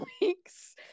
weeks